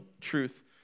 truth